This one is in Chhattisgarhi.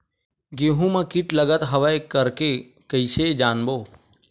गेहूं म कीट लगत हवय करके कइसे जानबो?